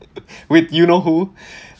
with you know who